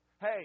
Hey